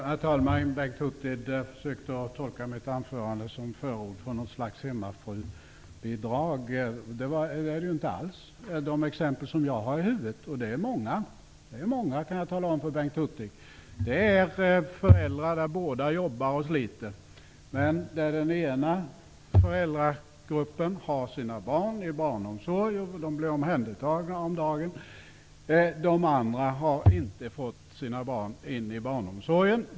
Herr talman! Bengt Hurtig försökte tolka mitt anförande som förord för något slags hemmafrubidrag. Det finns inte alls bland de exempel jag har i huvudet, och det är många, kan jag tala om för Bengt Hurtig. Det är fråga om föräldrar där båda jobbar och sliter. Men den ena föräldragruppen har sina barn i barnomsorg, och de blir omhändertagna om dagen. Den andra gruppen har inte fått in sina barn i barnomsorgen.